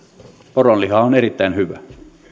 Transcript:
poronliha on erittäin